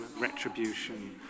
retribution